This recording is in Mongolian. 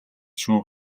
шүү